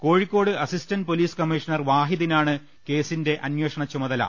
Kozhikode assistant police commissioner വാഹിദിനാണ് കേസിന്റെ അന്വേഷണച്ചുമതല